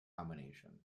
combination